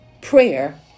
prayer